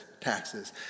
taxes